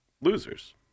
Losers